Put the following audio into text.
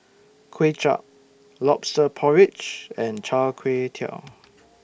Kuay Chap Lobster Porridge and Char Kway Teow